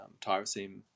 tyrosine